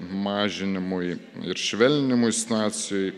mažinimui ir švelninimui situacijai